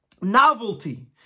novelty